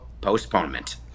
postponement